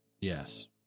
Yes